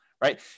right